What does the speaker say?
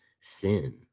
sin